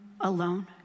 alone